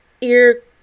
ear